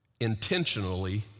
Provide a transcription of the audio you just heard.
intentionally